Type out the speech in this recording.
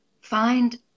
find